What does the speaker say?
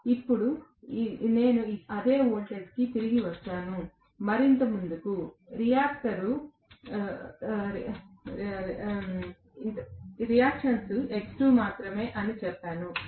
ఇప్పుడు నేను అదే వోల్టేజ్కు తిరిగి వచ్చాను మరియు ఇంతకుముందు రియాక్టన్స్ X2 మాత్రమే అని చెప్పాను